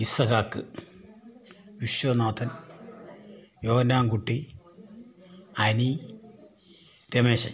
Izahaak Viswanathan Yonankutty Ani Rameshan